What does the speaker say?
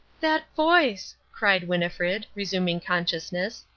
that voice! cried winnifred, resuming consciousness.